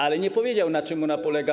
Ale nie powiedział, na czym ona polega.